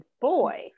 boy